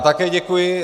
Také děkuji.